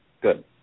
Good